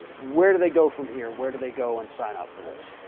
where do they go from here? where do they go and sign up for this?